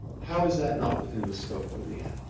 how is that not within the scope of the act?